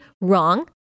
wrong